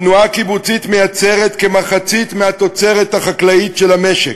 התנועה הקיבוצית מייצרת כמחצית התוצרת החקלאית של המשק,